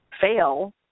fail